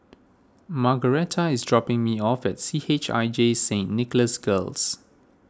Margaretta is dropping me off at C H I J Saint Nicholas Girls